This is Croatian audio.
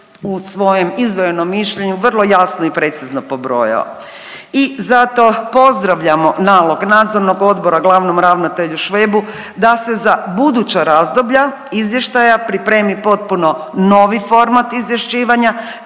u svojem izdvojenom mišljenju vrlo jasno i precizno pobrojao. I zato pozdravljamo nalog nadzornog odbora glavnom ravnatelju Švebu da se za buduća razdoblja izvještaja pripremi potpuno novi format izvješćivanja